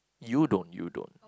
you don't you don't